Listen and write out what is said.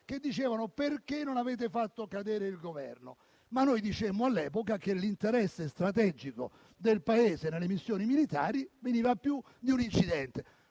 chiedevano: perché non avete fatto cadere il Governo? Noi dicemmo all'epoca che l'interesse strategico del Paese nelle missioni militari veniva prima di un incidente.